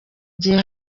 gihe